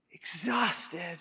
exhausted